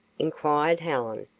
inquired helen,